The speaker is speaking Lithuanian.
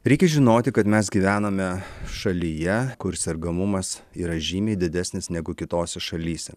reikia žinoti kad mes gyvename šalyje kur sergamumas yra žymiai didesnis negu kitose šalyse